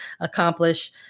accomplish